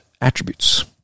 attributes